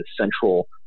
central